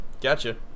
Gotcha